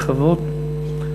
בכבוד,